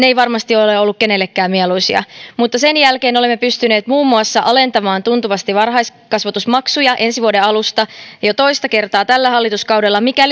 eivät varmasti ole ole olleet kenellekään mieluisia mutta sen jälkeen olemme pystyneet muun muassa alentamaan tuntuvasti varhaiskasvatusmaksuja ensi vuoden alusta jo toista kertaa tällä hallituskaudella mikä